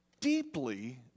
deeply